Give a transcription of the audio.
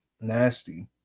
Nasty